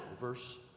verse